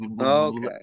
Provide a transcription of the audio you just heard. Okay